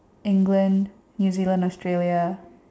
England new Zealand Australia